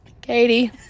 Katie